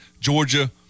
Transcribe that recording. Georgia